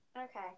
Okay